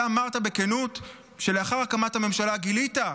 אתה אמרת בכנות שלאחר הקמת הממשלה גילית,